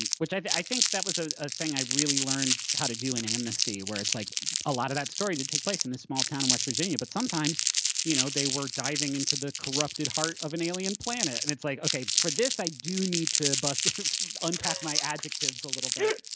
um which i think that was ah a thing i really learned how to do in amnesty, where it's like a lot of that story to take place in this small town in west virginia, but sometimes you know they were diving into the corrupted heart of an alien planet. and it's like, okay, for this, i do need to but unpack my adjectives a little bit.